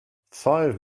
five